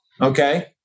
Okay